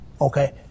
okay